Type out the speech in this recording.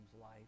life